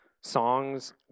songs